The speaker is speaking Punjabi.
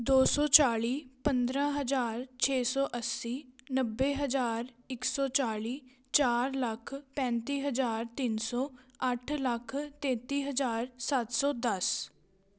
ਦੋ ਸੌ ਚਾਲੀ ਪੰਦਰਾਂ ਹਜ਼ਾਰ ਛੇ ਸੌ ਅੱਸੀ ਨੱਬੇ ਹਜ਼ਾਰ ਇੱਕ ਸੌ ਚਾਲੀ ਚਾਰ ਲੱਖ ਪੈਂਤੀ ਹਜ਼ਾਰ ਤਿੰਨ ਸੌ ਅੱਠ ਲੱਖ ਤੇਤੀ ਹਜ਼ਾਰ ਸੱਤ ਸੌ ਦਸ